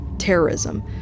terrorism